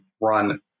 run